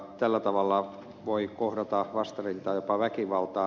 tällä tavalla voi kohdata vastarintaa jopa väkivaltaa